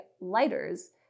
lighters